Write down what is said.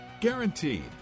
Guaranteed